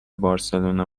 بارسلونا